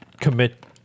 commit